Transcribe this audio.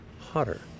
hotter